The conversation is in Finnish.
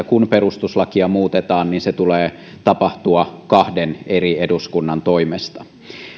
kun perustuslakia muutetaan että sen tulee tapahtua kahden eri eduskunnan toimesta